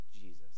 Jesus